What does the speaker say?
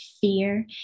fear